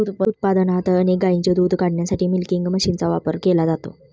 दूध उत्पादनात अनेक गायींचे दूध काढण्यासाठी मिल्किंग मशीनचा वापर केला जातो